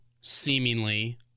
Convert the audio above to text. seemingly